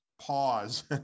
pause